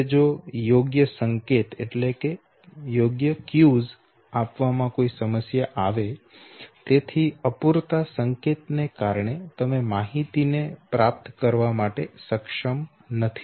હવે જો યોગ્ય સંકેત આપવામાં કોઈ સમસ્યા આવે તેથી અપૂરતા સંકેત ને કારણે તમે માહિતીને પ્રાપ્ત કરવા માટે સક્ષમ નથી